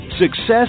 Success